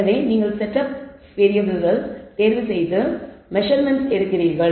எனவே நீங்கள் set of வேறியபிள்கள் தேர்வு செய்து மெஸர்மென்ட்ஸ் எடுக்கிறீர்கள்